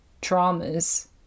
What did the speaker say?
dramas